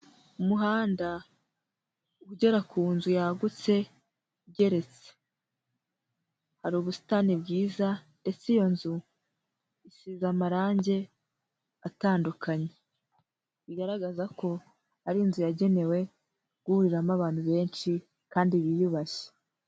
Umuhanda ugera ku nzu yagutse igeretse, hari ubusitani bwiza ndetse iyo nzu isize amarangi atandukanye, bigaragaza ko ari inzu yagenewe guhuriramo abantu benshi kandi biyubashye.